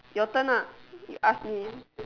your turn ah you ask me